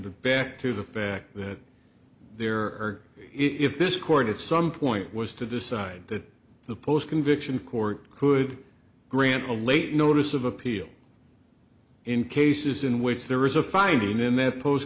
but back to the fact that there are if this court at some point was to decide that the post conviction court could grant a late notice of appeal in cases in which there is a finding in their post